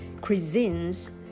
cuisines